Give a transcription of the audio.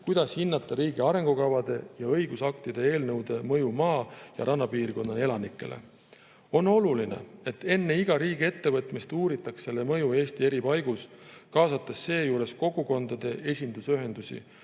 kuidas hinnata riigi arengukavade ja õigusaktide eelnõude mõju maa‑ ja rannapiirkondade elanikele. On oluline, et enne riigi iga ettevõtmist uuritaks selle mõju Eesti eri paigus, kaasates seejuures kogukondade esindusühendusi,